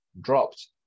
dropped